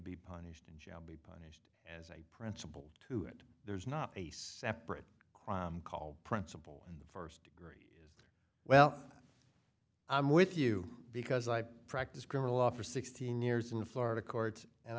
be punished and be punished as a principal to it there's not a separate crime called principal in the first degree well i'm with you because i practice criminal law for sixteen years in florida courts and